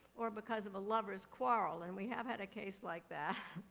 or because of a lover's quarrel. and we have had a case like that.